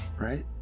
right